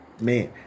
Man